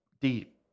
deep